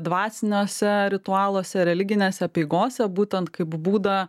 dvasiniuose ritualuose religinėse apeigose būtent kaip būdą